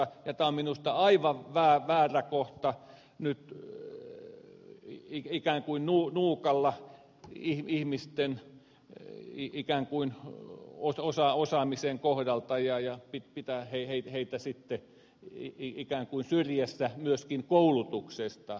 tämä on minusta aivan väärä kohta nyt ikään kuin nuukailla ihmisten ikään kuin osaamisen kohdalta ja pitää heitä sitten ikään kuin syrjässä myöskin koulutuksesta